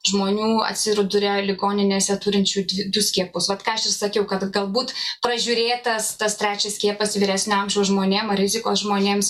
žmonių atsiduria ligoninėse turinčių turinčių du skiepus vat ką aš ir sakiau kad galbūt pražiūrėtas tas trečias skiepas vyresnio amžiaus žmonėm ar rizikos žmonėms